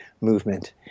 movement